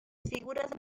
figuras